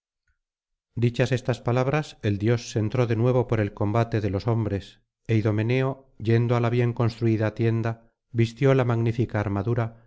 dichas estas palabras el dios se entró de nuevo por el combate de los hombres é idomeneo yendo á la bien construida tienda vistió la magnífica armadura